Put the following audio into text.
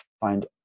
find